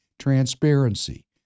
transparency